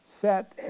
set